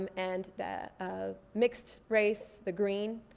um and that ah mixed race, the green,